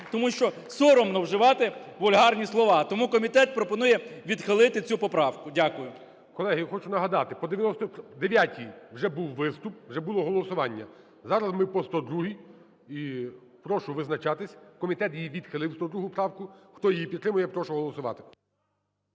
Тому що соромно вживати вульгарні слова. Тому комітет пропонує відхилити цю поправку. Дякую. ГОЛОВУЮЧИЙ. Колеги, я хочу нагадати, по 99-й вже був виступ, вже було голосування. Зараз ми по 102-й і прошу визначатись. Комітет її відхилив, 102 правку. Хто її підтримує, я прошу голосувати.